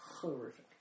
horrific